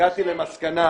הגעתי למסקנה